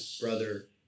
brother